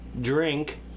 drink